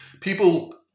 People